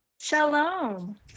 Shalom